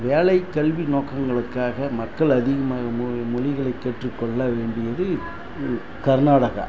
வேலை கல்வி நோக்கங்களுக்காக மக்கள் அதிகமாக மொழிகளை கற்றுக்கொள்ள வேண்டியது ம் கர்நாடகா